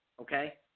okay